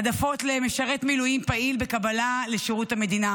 (העדפות משרת מילואים פעיל בקבלה לשירות המדינה).